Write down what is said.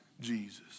Jesus